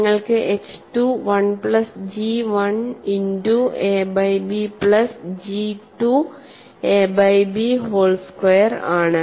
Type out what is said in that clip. നിങ്ങൾക്ക് H 2 1 plus G 1 into A by B plus G 2 A by B whole square ആണ്